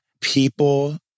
people